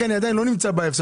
אני עדיין לא בהפסד,